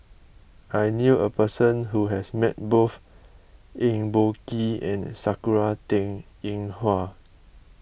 I knew a person who has met both Eng Boh Kee and Sakura Teng Ying Hua